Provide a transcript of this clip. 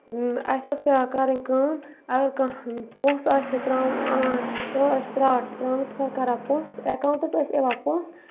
اَسہِ اوس پٮ۪وان کَرٕنۍ کٲم اگر کانٛہہ پونٛسہٕ آسہِ ہے ترٛاوُن کانٛہہ ٲسۍ ترٛاوان ٹرٛانسفَر کران پونٛسہٕ اٮ۪کاوُنٛٹَس ٲسۍ یِوان پونٛسہٕ